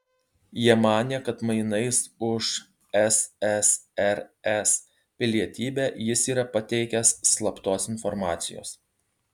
jie manė kad mainais už ssrs pilietybę jis yra pateikęs slaptos informacijos